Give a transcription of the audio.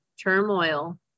turmoil